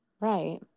Right